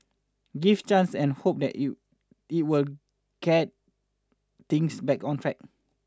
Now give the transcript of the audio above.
give chance and hope it you you will get things back on track